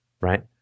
right